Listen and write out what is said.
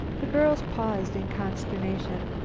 the girls paused in consternation.